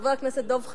חבר הכנסת דב חנין.